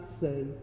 say